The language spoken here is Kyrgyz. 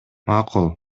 макул